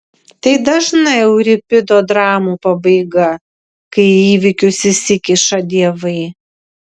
tai dažna euripido dramų pabaiga kai į įvykius įsikiša dievai